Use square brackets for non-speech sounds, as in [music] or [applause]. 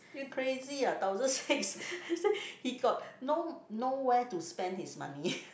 crazy ah thousand six [laughs] say he got no~ nowhere to spend his money